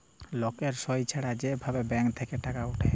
লকের সই ছাড়া যে ভাবে ব্যাঙ্ক থেক্যে টাকা উঠে